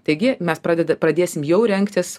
taigi mes pradeda pradėsim jau rengtis